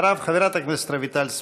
אחריו, חברת הכנסת רויטל סויד.